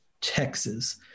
Texas